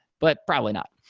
but probably not.